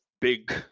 big